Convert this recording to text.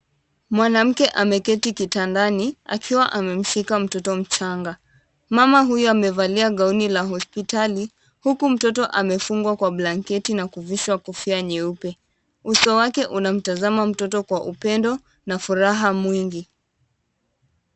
Mwanamke ameketi kitandani akiwa amemshika mtoto mchanga. Mama huyu amevalia gauni la hospitali, huku mtoto amefungwa kwa blanketi na kuvishwa kofia nyeupe. Uso wake unamtazama mtoto kwa upendo na furaha mwingi.